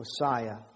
Messiah